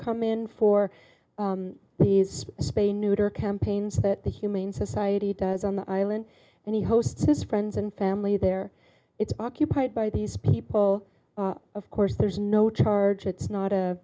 come in for these spain neuter campaigns that the humane society does on the island and he hosts his friends and family there it's occupied by these people of course there's no charge it's not a